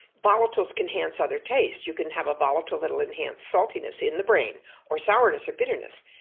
volatiles can enhance other tastes, you can have a volatile that will enhance saltiness in the brain or sourness or bitterness,